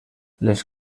les